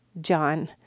John